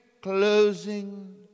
Closing